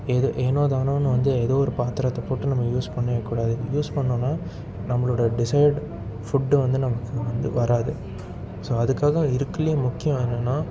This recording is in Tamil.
எது ஏனோ தானோன்னு வந்து ஏதோ ஒரு பாத்திரத்த போட்டு நம்ம யூஸ் பண்ண கூடாது யூஸ் பண்ணோம்னா நம்ம்ளோட டிசைட் ஃபுட்டு வந்து நமக்கு வந்து வராது ஸோ அதுக்காக இருக்கிலேயே முக்கியம் என்னன்னா